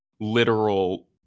literal